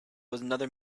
another